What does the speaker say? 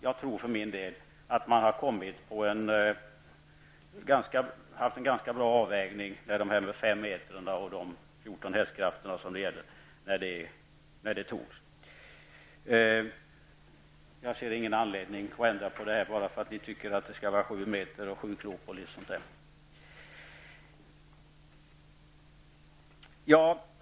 Jag tror för min del att man gjorde en ganska bra avvägning när man tog beslutet om 5 meter och 14 hästkrafter. Jag ser ingen anledning att ändra på detta bara för att ni anser att det borde vara 7 meter och 7 knop etc.